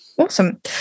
Awesome